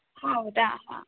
ಹೌದಾ ಹಾಂ